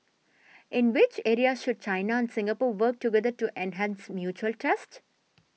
in which areas should China and Singapore work together to enhance mutual trusts